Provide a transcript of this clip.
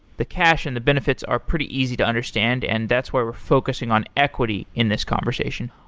the cash and the benefits are pretty easy to understand, and that's where we're focusing on equity in this conversation.